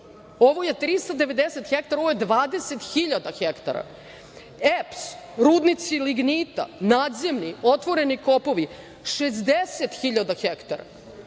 Ovo je 390 hektara, ovo je 20.000 hektara, EPS, rudnici lignita, nadzemni, otvoreni kopovi 60.000 hektara.